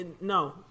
no